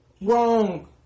Wrong